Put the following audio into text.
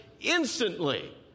instantly